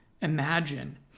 imagine